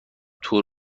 تور